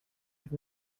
have